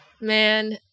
man